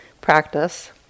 Practice